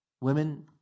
Women